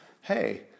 Hey